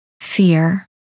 Fear